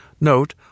Note